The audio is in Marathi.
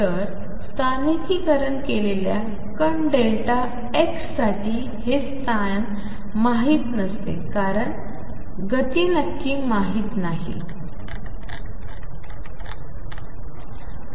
तर स्थानिकीकरण केलेल्या कण डेल्टा x साठी हे स्थान माहित नसते कारण गती नक्की माहित नसते